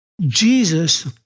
Jesus